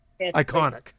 iconic